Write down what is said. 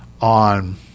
on